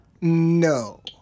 No